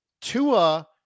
Tua